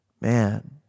man